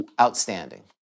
outstanding